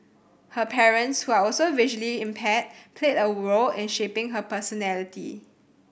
her parents who are also visually impaired played a role in shaping her personality